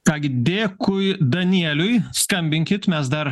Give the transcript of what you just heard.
ką gi dėkui danieliui skambinkit mes dar